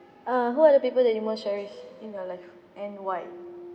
err who are the people that you most cherish in your life and why